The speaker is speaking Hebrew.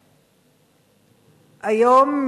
היום,